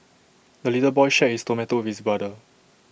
the little boy shared his tomato with brother